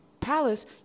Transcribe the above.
Palace